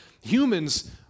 humans